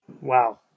Wow